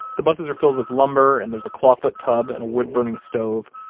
the buses are filled with lumber and there's a clawfoot tub and a wood-burning stove,